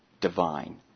divine